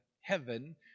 heaven